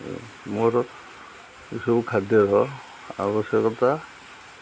ମୋର ଏସବୁ ଖାଦ୍ୟର ଆବଶ୍ୟକତା